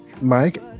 Mike